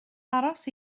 aros